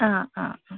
ആ ആ അ